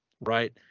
right